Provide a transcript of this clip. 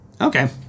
Okay